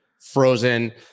Frozen